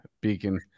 beacon